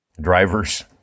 Drivers